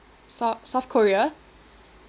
sou~ south korea